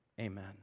Amen